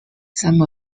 some